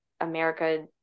America